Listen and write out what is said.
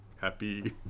happy